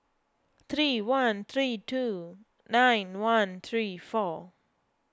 three one three two nine one three four